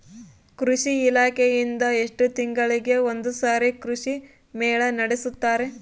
ಕೃಷಿ ಇಲಾಖೆಯಿಂದ ಎಷ್ಟು ತಿಂಗಳಿಗೆ ಒಂದುಸಾರಿ ಕೃಷಿ ಮೇಳ ನಡೆಸುತ್ತಾರೆ?